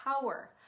power